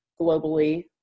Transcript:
Globally